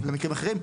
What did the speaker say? למקרים אחרים.